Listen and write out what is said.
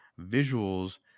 visuals